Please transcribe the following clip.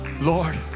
Lord